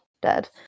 Dead